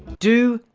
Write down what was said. do.